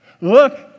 Look